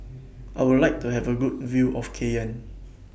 I Would like to Have A Good View of Cayenne